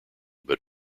but